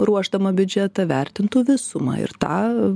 ruošdama biudžetą vertintų visumą ir tą